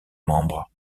membres